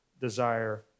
desire